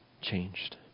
changed